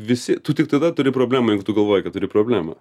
visi tu tik tada turi problemą jeigu tu galvoji kad turi problemą